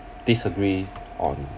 disagree on